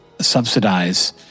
subsidize